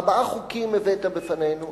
ארבעה חוקים הבאת בפנינו,